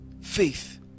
faith